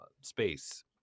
space